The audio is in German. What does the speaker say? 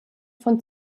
von